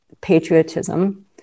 patriotism